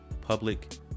public